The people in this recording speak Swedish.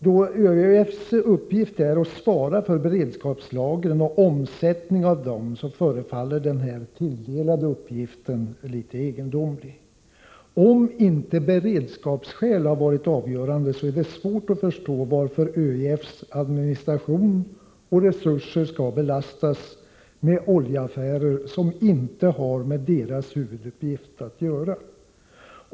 Då ÖEF:s uppgift är att svara för beredskapslagren och omsättningen av dem förefaller den tilldelade uppgiften litet egendomlig. Om inte beredskapsskäl har varit avgörande är det svårt att förstå varför ÖEF:s administration och resurser skall belastas med oljeaffärer som inte har med verkets huvuduppgift att göra.